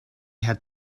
had